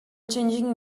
changing